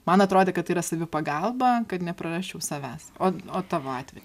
man atrodė kad tai yra savipagalba kad neprarasčiau savęs o o tavo atvej